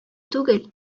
түгел